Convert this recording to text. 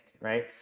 right